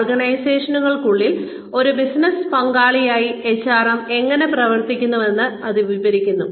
ഓർഗനൈസേഷനുകൾക്കുള്ളിൽ ഒരു ബിസിനസ്സ് പങ്കാളിയായി HRM എങ്ങനെ പ്രവർത്തിക്കുന്നുവെന്ന് അത് വിവരിക്കുന്നു